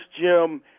Jim